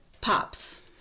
Pops